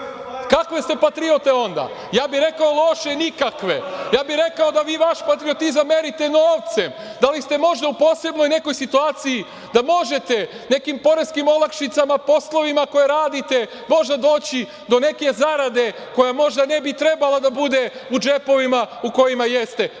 Kakve ste patriote onda? Ja bih rekao – loše i nikakve. Ja bih rekao da vi vaš patriotizam merite novcem. Da li ste možda u posebnoj nekoj situaciji da možete nekim poreskim olakšicama, poslovima koje radite, možda doći do neke zarade koja možda ne bi trebalo da bude u džepovima u kojima jeste,